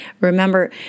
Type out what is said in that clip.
Remember